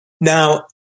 Now